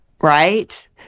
right